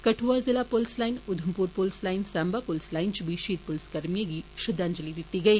कठुआ जिला पुलस लाइन उधमपुर पुलस लाइन साम्बा पुलस लाईन च बी शहीद पुलसकर्मिएं गी श्रद्धांजली दिती गेई